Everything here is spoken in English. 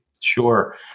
Sure